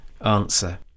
answer